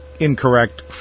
incorrect